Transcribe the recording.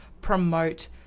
promote